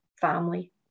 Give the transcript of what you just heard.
family